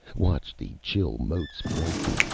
watched the chill motes brighten,